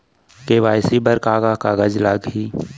KYC बर का का कागज लागही?